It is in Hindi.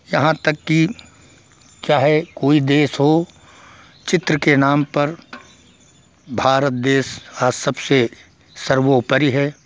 यहाँ तक कि चाहे कोई देश हो चित्र के नाम पर भारत देश आज सबसे सर्वोपरि है